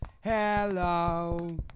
Hello